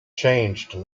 changed